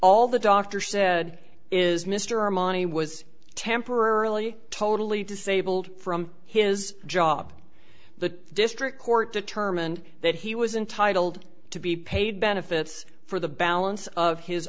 all the doctor said is mr armani was temporarily totally disabled from his job the district court determined that he was entitled to be paid benefits for the balance of his